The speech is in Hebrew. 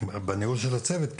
בניהול של הצוות.